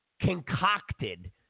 concocted